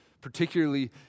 particularly